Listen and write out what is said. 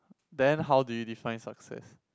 then how do you define success